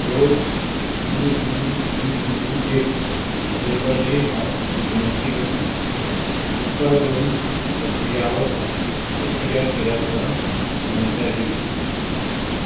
स शुन्य शुन्य शुन्य शुन्य एक बदलपाची हांव विनंती करतां उपकार करून अध्यावत प्रक्रिया केल्या उपरांत मान्यताय दिवची